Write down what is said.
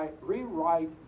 rewrite